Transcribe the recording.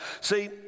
see